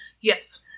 Yes